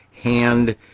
hand